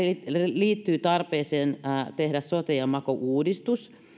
liittyy tarpeeseen tehdä sote ja maku uudistus